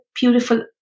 beautiful